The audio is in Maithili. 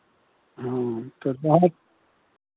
ह्म्म तऽ कहब